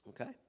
Okay